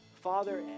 father